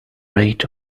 rate